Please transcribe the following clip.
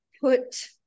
put